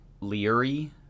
leary